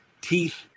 teeth